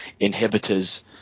inhibitors